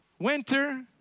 Winter